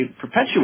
perpetuate